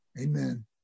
Amen